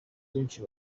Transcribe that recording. benshi